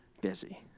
busy